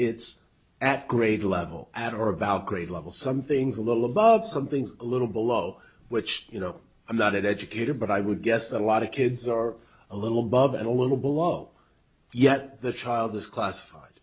it's at grade level at or about grade level something's a little above something's a little below which you know i'm not an educator but i would guess a lot of kids are a little bob and a little below yet the child is classified